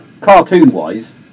cartoon-wise